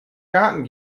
garten